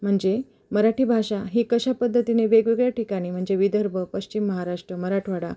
म्हणजे मराठी भाषा ही कशा पद्धतीने वेगवेगळ्या ठिकाणी म्हणजे विदर्भ पश्चिम महाराष्ट्र मराठवाडा